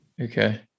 Okay